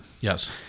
Yes